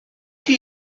chi